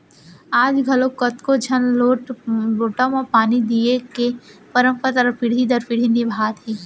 आज घलौक कतको झन लोटा म पानी दिये के परंपरा ल पीढ़ी दर पीढ़ी निभात हें